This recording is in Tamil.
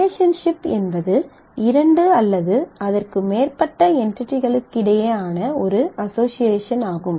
ரிலேஷன்ஷிப் என்பது இரண்டு அல்லது அதற்கு மேற்பட்ட என்டிடிகளுக்கிடையேயான ஒரு அஸோஸியேஷன் ஆகும்